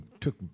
took